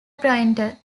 painter